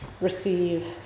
receive